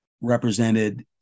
represented